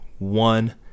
one